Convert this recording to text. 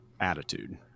attitude